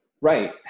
Right